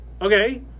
Okay